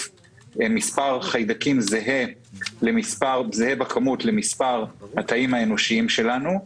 מספר חיידקים זהה בכמות למספר התאים האנושיים שלנו,